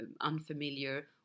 unfamiliar